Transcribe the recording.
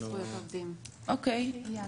אייל